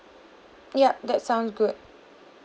ya that sounds good